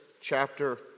chapter